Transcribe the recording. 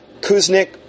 Kuznick